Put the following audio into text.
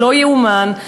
שלא ייאמן,